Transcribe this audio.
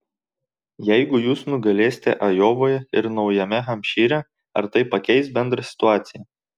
jeigu jūs nugalėsite ajovoje ir naujame hampšyre ar tai pakeis bendrą situaciją